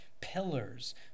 pillars